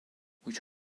which